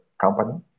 company